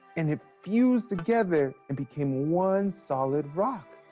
and it fused together, and became one solid rock.